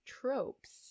tropes